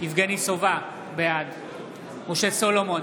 יבגני סובה, בעד משה סולומון,